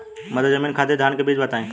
मध्य जमीन खातिर धान के बीज बताई?